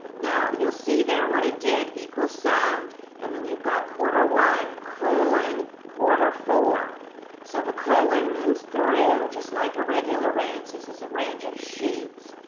now you'll see there what it did equal sum and then you've got quarter one colon quarter four so the colon means through, just like a regular range, this is a range of sheets.